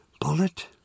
Bullet